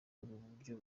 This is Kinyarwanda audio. uburyo